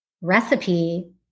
recipe